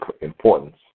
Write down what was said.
importance